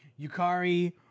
Yukari